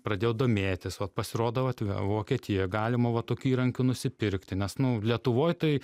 pradėjau domėtis vat pasirodo vat vokietijoj galima va tokių įrankių nusipirkti nes nu lietuvoj tai